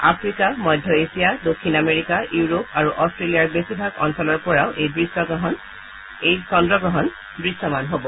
Africa মধ্য Asia দক্ষিণ America Europe আৰু অষ্ট্ৰেলিয়াৰ বোছিভাগ অঞ্চলৰ পৰাও এই চন্দ্ৰগ্ৰহণ দৃশ্যমান হব